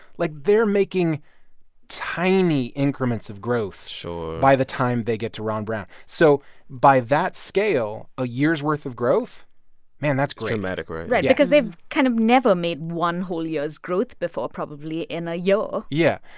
like, they're making tiny increments of growth so by the time they get to ron brown. so by that scale, a year's worth of growth man, that's great dramatic, right? right because they've kind of never made one whole year's growth before, probably, in a year yeah.